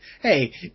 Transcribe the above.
hey